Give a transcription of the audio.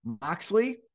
moxley